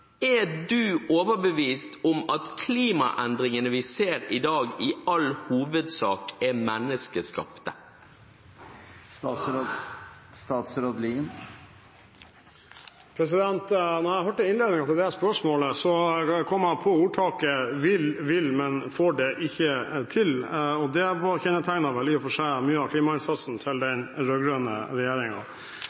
Er statsråden overbevist om at klimaendringene vi ser i dag, i all hovedsak er menneskeskapt? – Ja eller nei? Da jeg hørte innledningen til det spørsmålet, kom jeg på ordtaket: Vil, vil, men får det ikke til. Det kjennetegnet vel i og for seg mye av klimainnsatsen til den